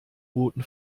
booten